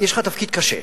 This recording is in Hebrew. יש לך תפקיד קשה,